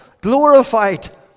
glorified